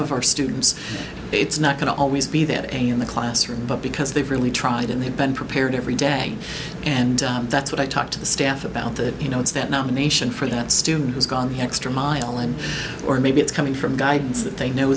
of our students it's not going to always be there in the classroom but because they've really tried and they've been prepared every day and that's what i talk to the staff about that you know it's that nomination for that student who's gone the extra mile and or maybe it's coming from guidance that they know